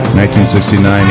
1969